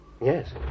Yes